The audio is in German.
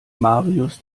marius